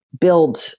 build